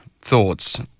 thoughts